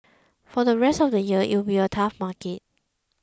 for the rest of the year it will be a tough market